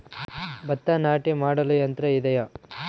ಭತ್ತ ನಾಟಿ ಮಾಡಲು ಯಂತ್ರ ಇದೆಯೇ?